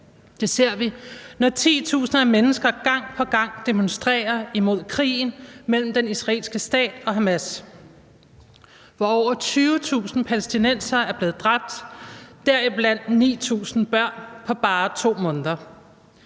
Det ser vi, når titusinder af mennesker gang på gang demonstrerer imod krigen mellem den israelske stat og Hamas, hvor over 20.000 palæstinensere er blevet dræbt, deriblandt 9.000 børn, på bare 2 måneder.